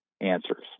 answers